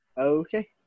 Okay